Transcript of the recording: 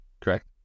correct